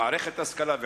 במערכת ההשכלה ועוד,